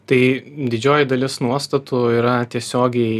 tai didžioji dalis nuostatų yra tiesiogiai